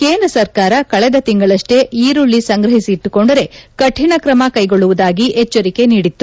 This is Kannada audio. ಕೇಂದ್ರ ಸರಕಾರ ಕಳೆದ ತಿಂಗಳಷ್ಲೇ ಈರುಳ್ದ ಸಂಗ್ರಹಿಸಿಟ್ಲುಕೊಂಡರೆ ಕಠಿಣ ತ್ರಮ ಕ್ಷೆಗೊಳ್ಳುವುದಾಗಿ ಎಚ್ಗರಿಕೆ ನೀಡಿತ್ತು